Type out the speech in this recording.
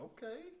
Okay